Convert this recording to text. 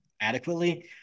adequately